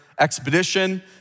expedition